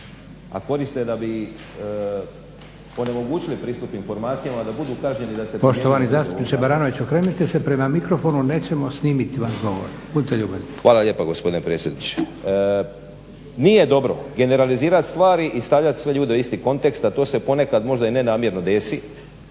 a koriste da bi onemogućili pristup informacijama da budu kažnjeni i da se … /Upadica Leko: Poštovani zastupniče Baranović okrenite se prema mikrofonu, nećemo snimiti vam govor. Budite ljubazni./… Hvala lijepa gospodine predsjedniče. Nije dobro generalizirati stvari i stavljati sve ljude u isti kontekst a to se ponekad možda i nenamjerno desi,